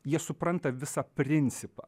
jie supranta visą principą